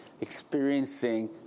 experiencing